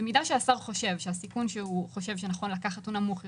במידה והשר חושב שהסיכון שנכון לקחת הוא נמוך יותר,